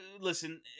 Listen